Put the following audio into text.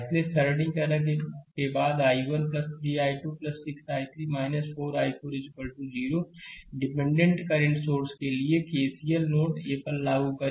इसलिए सरलीकरण के बाद I1 3 I2 6 I3 4 i4 0 dependent current source के लिए KCL नोड ए लागू करें